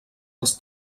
els